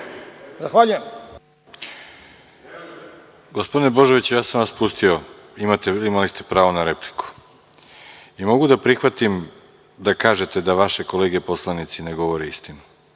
Arsić** Gospodine Božoviću, ja sam vas pustio, imali ste pravo na repliku i mogu da prihvatim da kažete da vaše kolege poslanici ne govore istinu,